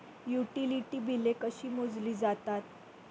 Utility बिले कशी मोजली जातात?